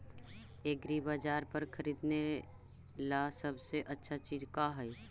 एग्रीबाजार पर खरीदने ला सबसे अच्छा चीज का हई?